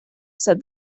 said